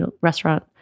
restaurant